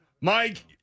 Mike